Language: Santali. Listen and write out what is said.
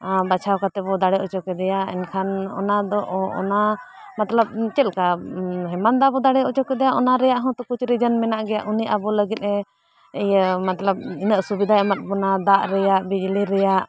ᱟᱨ ᱵᱟᱪᱷᱟᱣ ᱠᱟᱛᱮᱫ ᱵᱚ ᱫᱟᱲᱮ ᱚᱪᱚ ᱠᱮᱫᱮᱭᱟ ᱮᱱᱠᱷᱟᱱ ᱚᱱᱟ ᱫᱚ ᱚᱱᱟ ᱢᱚᱛᱞᱚᱵ ᱪᱮᱫ ᱞᱮᱠᱟ ᱦᱮᱢᱟᱱᱛ ᱫᱟ ᱵᱚᱱ ᱫᱟᱲᱮ ᱚᱪᱚ ᱠᱮᱫᱮᱭᱟ ᱚᱱᱟ ᱨᱮᱭᱟᱜ ᱦᱚᱸ ᱛᱚ ᱠᱩᱪ ᱨᱤᱡᱮᱱ ᱢᱮᱱᱟᱜ ᱜᱮᱭᱟ ᱩᱱᱤ ᱟᱵᱚ ᱞᱟᱹᱜᱤᱫ ᱮᱛᱞᱟᱵ ᱤᱱᱟᱹᱜ ᱥᱩᱵᱤᱫᱷᱟ ᱮᱢᱟᱜ ᱵᱚᱱᱟ ᱫᱟᱜ ᱨᱮᱭᱟᱜ ᱵᱤᱡᱽᱞᱤ ᱨᱮᱭᱟᱜ